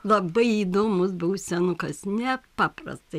labai įdomus buvo senukas nepaprastai